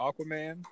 Aquaman